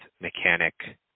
mechanic